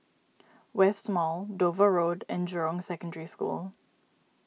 West Mall Dover Road and Jurong Secondary School